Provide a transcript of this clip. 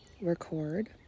record